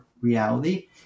reality